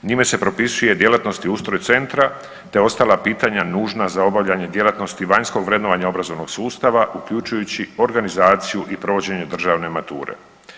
Njime se propisuje djelatnost i ustroj centra te ostala pitanja nužna za obavljanje djelatnosti vanjskog vrednovanja obrazovnog sustava uključujući organizaciju i provođenje državne mature.